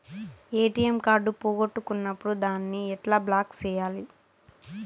ATM card పోగొట్టుకున్నప్పుడు దాన్ని ఎట్లా బ్లాక్ సేయాలి